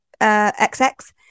XX